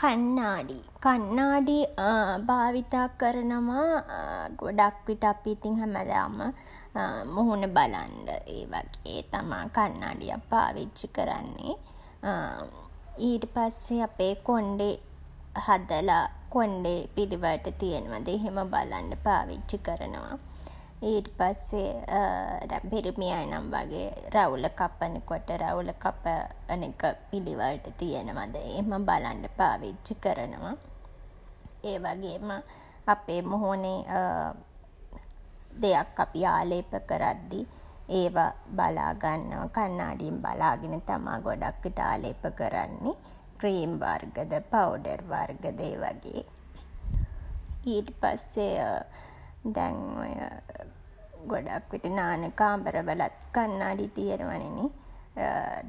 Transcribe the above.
කණ්නාඩි. කණ්නාඩි භාවිතා කරනවා ගොඩක් විට අපි ඉතින් හැමදාම මුහුණ බලන්ඩ ඒ වගේ තමා කණ්නාඩියක් පාවිච්චි කරන්නේ. ඊට පස්සේ අපේ කොණ්ඩෙ හදලා, කොණ්ඩෙ පිළිවෙලට තියෙනවද එහෙම බලන්ඩ පාවිච්චි කරනවා. ඊට පස්සේ තව පිරිමි අය නම් වගේ රැවුල කපන කොට රැවුල කපන එක පිළිවෙලට තියෙනවද එහෙම බලන්න පාවිච්චි කරනවා. ඒවගේම අපේ මුහුණේ දෙයක් අපි ආලේප කරද්දී ඒවා බලා ගන්නවා. කණ්නාඩියෙන් බලාගෙන තමා ගොඩක් විට ආලේප කරන්නේ. ක්‍රීම් වර්ගද පවුඩර් වර්ගද ඒ වගේ. ඊට පස්සේ දැන් ඔය ගොඩක් විට නාන කාමර වලත් කණ්නාඩි තියනවානෙ නේ.